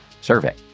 survey